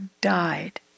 died